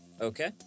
Okay